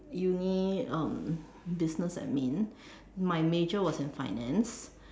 Uni um business admin my major was in finance